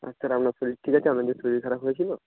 আর sir আপনার শরীর ঠিক আছে আপনার যে শরীর খারাপ হয়েছিলো